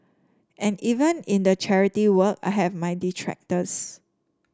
and even in the charity work I have my detractors